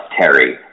Terry